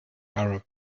arab